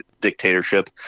dictatorship